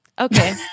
Okay